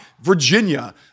Virginia